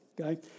okay